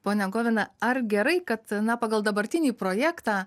pone govina ar gerai kad ne pagal dabartinį projektą